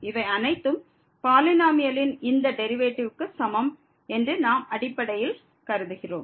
இவை அனைத்தும் பாலினோமியலின் இந்த டெரிவேட்டிவ்க்கு சமம் என்று நாம் அடிப்படையில் கருதுகிறோம்